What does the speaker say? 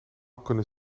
kunnen